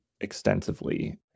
extensively